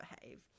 behave